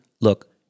Look